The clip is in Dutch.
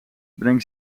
breng